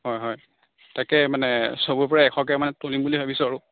হয় হয় তাকে মানে সবৰ পৰাই এশকৈ মানে তুলিম বুলি ভাবিছোঁ আৰু